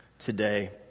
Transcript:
today